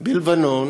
בלבנון